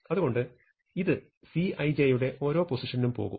അതുകൊണ്ടു ഇത് Cij യുടെ ഓരോ പൊസിഷനിലും പോകും